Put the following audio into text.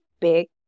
big